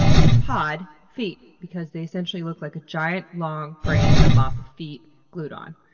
and pod feet, because they essentially look like a giant long brain with a mop of feet glued on.